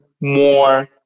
more